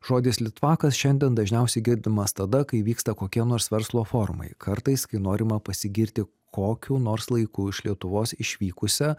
žodis litvakas šiandien dažniausiai girdimas tada kai vyksta kokie nors verslo forumai kartais kai norima pasigirti kokiu nors laiku iš lietuvos išvykusią